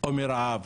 או מרעב.